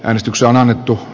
äänestyksen alettu